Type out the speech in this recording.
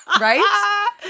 Right